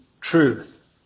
truth